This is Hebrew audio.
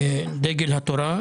התורה,